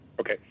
Okay